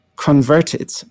converted